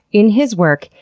in his work,